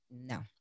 no